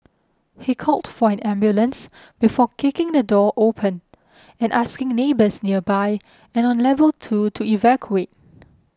he called for an ambulance before kicking the door open and asking neighbours nearby and on level two to evacuate